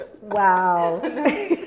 Wow